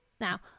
Now